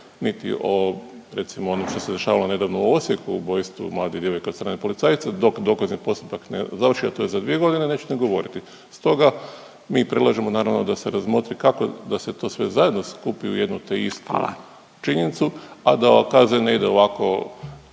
niti o recimo onom što se dešava nedavno u Osijeku ubojstvu mlade djevojke od strane policajca dok dokazni postupak ne završi, a to je za 2 godine neću ni govoriti. Stoga mi predlažemo naravno da se razmotri kako da se to sve zajedno skupi u jedno te istu činjenicu …/Upadica Furio Radin: